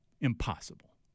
Impossible